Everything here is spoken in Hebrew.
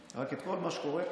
ורק את כל מה שקורה פה,